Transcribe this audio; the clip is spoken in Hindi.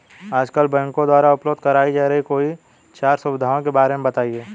आजकल बैंकों द्वारा उपलब्ध कराई जा रही कोई चार सुविधाओं के बारे में बताइए?